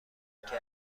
کردی